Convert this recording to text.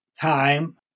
time